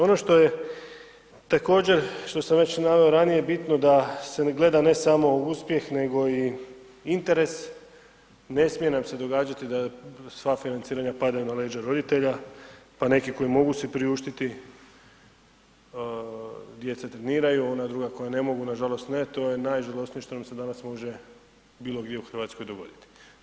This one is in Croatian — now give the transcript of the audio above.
Ono što je također, što sam već naveo ranije bitno da se ne gleda ne samo uspjeh nego i interes, ne smije nam se događati da sva financiranja padaju na leđa roditelja pa neki koji mogu si priuštiti, djeca treniraju, ona druga koja ne mogu nažalost ne, to je najžalosnije što nam se danas može bilo gdje u Hrvatskoj dogoditi.